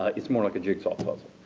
ah it's more like a jigsaw puzzle,